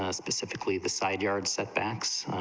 ah specifically the side yard setbacks,